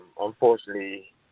unfortunately